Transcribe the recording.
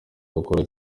gukora